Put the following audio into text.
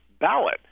ballot